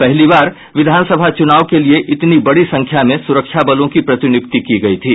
पहली बार विधानसभा चुनाव के लिये इतनी बड़ी संख्या में सुरक्षा बलों की प्रतिनियुक्ति की गई थी